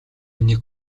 нэг